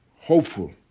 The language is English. hopeful